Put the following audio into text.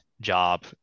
job